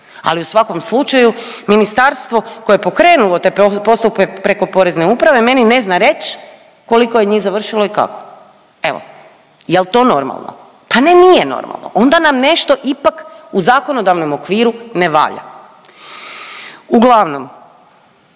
ali u svakom slučaju ministarstvo koje je pokrenulo te postupke preko Porezne uprave meni ne zna reć koliko je njih završilo i kako. Evo, jel to normalno? Pa ne nije normalno, onda nam nešto ipak u zakonodavnom okviru ne valja. Uglavnom